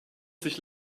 sich